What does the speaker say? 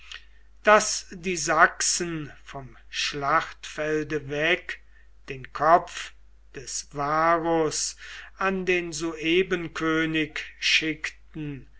daß die sachsen vom schlachtfelde weg den kopf des varus an den suebenkönig schickten